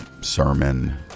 sermon